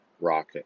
rocket